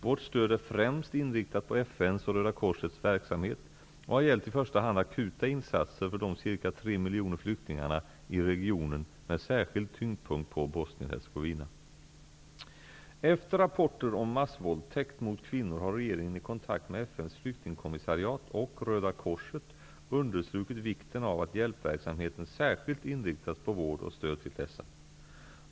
Vårt stöd är främst inriktat på FN:s och Röda korsets verksamhet och har gällt i första hand akuta insatser för de ca 3 miljoner flyktingarna i regionen med särskilda tyngdpunkter på Bosnien Efter rapporter om massvåldtäkt mot kvinnor har regeringen i kontakt med FN:s flyktingkommissariat och Röda korset understrukit vikten av att hjälpverksamheten särskilt inriktas på vård och stöd till dessa.